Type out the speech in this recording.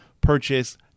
purchase